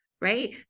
Right